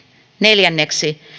neljänneksi